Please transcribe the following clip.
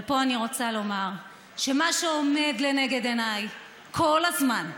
אבל פה אני רוצה לומר שמה שעומד לנגד עיניי כל הזמן: